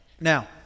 Now